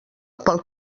pel